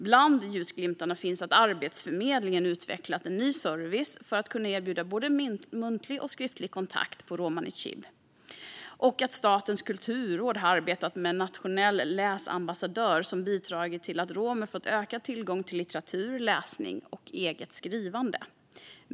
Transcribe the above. Bland ljusglimtarna finns att Arbetsförmedlingen utvecklat en ny service för att kunna erbjuda både muntlig och skriftlig kontakt på romani chib och att Statens kulturråd har arbetat med en nationell läsambassadör som bidragit till att romer fått ökad tillgång till litteratur, läsning och eget skrivande.